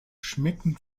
schmecken